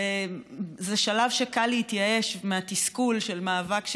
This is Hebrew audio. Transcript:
וזה שלב שקל להתייאש בו מהתסכול של המאבק,